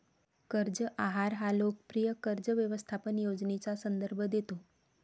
कर्ज आहार हा लोकप्रिय कर्ज व्यवस्थापन योजनेचा संदर्भ देतो